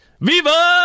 Viva